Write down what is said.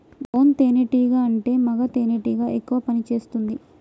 drone తేనే టీగా అంటే మగ తెనెటీగ ఎక్కువ పని చేస్తుంది